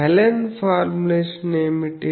Helen formulation ఏమిటి